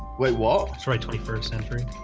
wait wall. it's right twenty first century